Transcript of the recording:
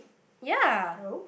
ya